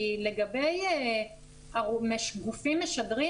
כי לגבי גופים משדרים,